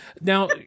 Now